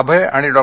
अभय आणि डॉ